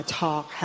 talk